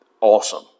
awesome